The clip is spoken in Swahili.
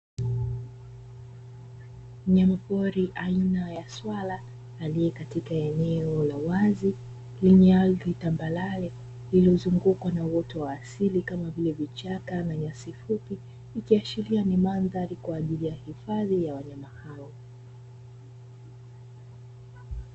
Mnyama pori aina ya Swala, aliye katika eneo la wazi, lenye ardhi tambarare iliyozungukwa na uoto wa asili kama vile; vichaka na nyasi fupi, ikiashiria ni mandhari kwa ajili ya hifadhi ya wanyama hao.